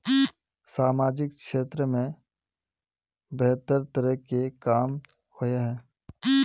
सामाजिक क्षेत्र में बेहतर तरह के काम होय है?